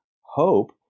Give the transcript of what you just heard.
hope